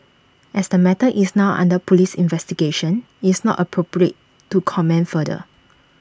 as the matter is now under Police investigation it's not appropriate to comment further